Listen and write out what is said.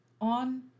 on